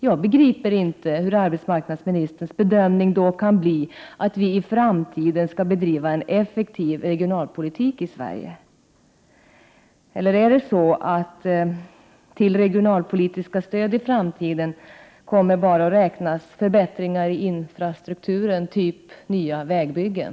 Jag begriper inte hur arbetsmarknadsministerns bedömning kan vara att vi i framtiden skall bedriva en effektiv regionalpolitik i Sverige. Eller kommer enbart förbättringar i infrastrukturen — typ nya vägbyggen — att ingå i de regionalpolitiska stöden i framtiden?